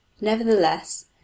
Nevertheless